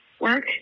work